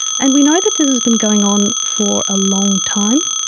and we know that this has been going on for a long time.